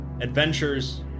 adventures